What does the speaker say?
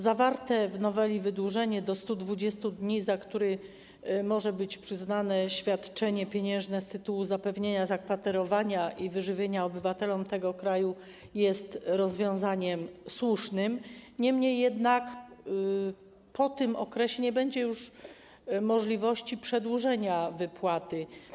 Zawarte w noweli wydłużenie do 120 dni okresu, za który może być przyznane świadczenie pieniężne z tytułu zapewnienia zakwaterowania i wyżywienia obywatelom tego kraju, jest rozwiązaniem słusznym, niemniej jednak po tym okresie nie będzie już możliwości przedłużenia wypłaty.